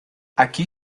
aquí